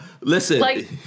Listen